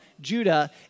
Judah